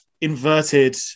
inverted